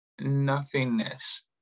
nothingness